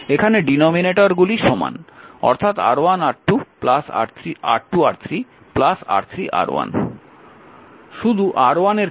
এখানে ডিনোমিনেটরগুলি সমান অর্থাৎ R1R2 R2R3 R3R1